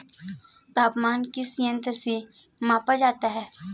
तापमान किस यंत्र से मापा जाता है?